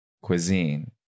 cuisine